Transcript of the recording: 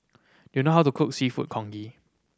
do you know how to cook Seafood Congee